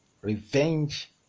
revenge